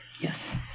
Yes